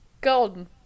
golden